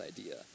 idea